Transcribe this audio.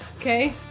okay